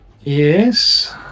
Yes